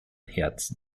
herzen